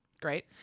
Great